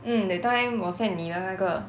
mm that time 我 send 你的那个